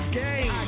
game